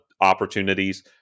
opportunities